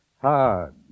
hard